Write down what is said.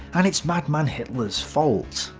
and it's madman hitler's fault!